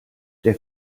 der